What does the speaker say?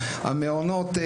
למעונות.